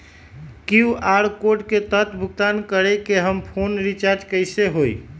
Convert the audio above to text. QR code के तहद भुगतान करके हम फोन रिचार्ज कैसे होई?